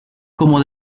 como